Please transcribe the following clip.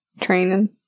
training